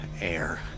Air